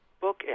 book